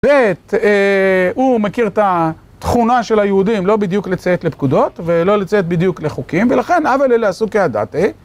ב׳ - הוא מכיר את התכונה של היהודים לא בדיוק לציית לפקודות ולא לציית בדיוק לחוקים ולכן הוה ליה לעשות(?) כעדתי(?)